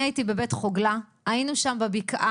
אני הייתי בבית חגלה, היינו שם בבקעה